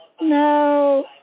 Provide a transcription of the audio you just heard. No